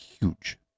huge